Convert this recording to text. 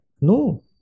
No